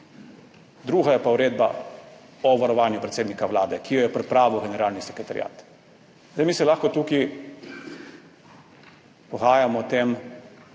Druga je pa uredba o varovanju predsednika Vlade, ki jo je pripravil Generalni sekretariat. Mi se lahko zdaj tukaj pogajamo o tem,